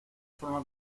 forma